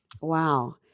Wow